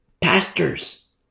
pastors